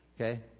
Okay